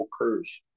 occurs